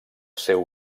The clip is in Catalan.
seu